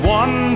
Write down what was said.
one